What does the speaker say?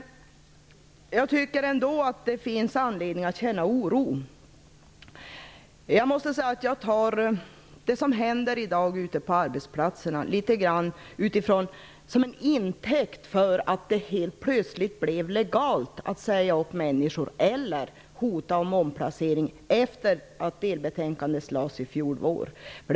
Jag tycker ändå att det finns anledning att känna oro. Jag tar det som händer i dag ute på arbetsplatserna som en intäkt för att det helt plötsligt blev legalt att säga upp människor eller hota dem med omplacering efter det att delbetänkandet lades fram förra våren.